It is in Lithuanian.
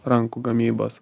rankų gamybos